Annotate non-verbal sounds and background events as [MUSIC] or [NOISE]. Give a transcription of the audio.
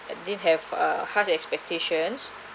[NOISE] I did have uh half the expectations